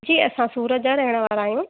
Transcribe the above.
जी असां सूरत जा रहण वारा आहियूं